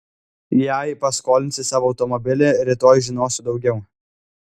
jei paskolinsi savo automobilį rytoj žinosiu daugiau